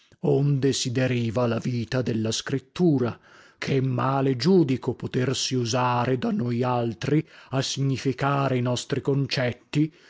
onde si deriva la vita della scrittura ché male giudico potersi usare da noi altri a significare i nostri concetti